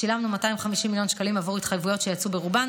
שילמנו 250 מיליון שקלים עבור התחייבויות שיצאו ברובן